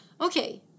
Okay